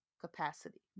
capacity